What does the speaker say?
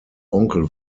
onkel